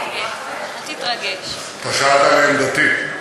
אתה שאלת לעמדתי,